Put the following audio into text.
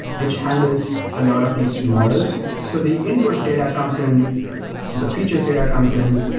which handles a lot of these models. so the input data comes in the features data comes in.